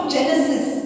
Genesis